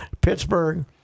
Pittsburgh